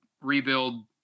rebuild